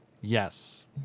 Yes